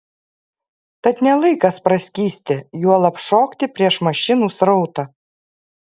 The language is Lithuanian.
tad ne laikas praskysti juolab šokti prieš mašinų srautą